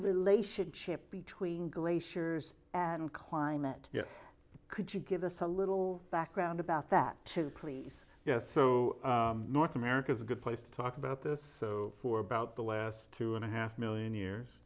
relationship between glaciers and climate yes could you give us a little bad ground about that to please yes so north america is a good place to talk about this so for about the last two and a half million years